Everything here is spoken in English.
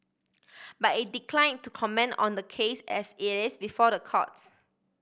but it declined to comment on the case as it is before the courts